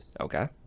Okay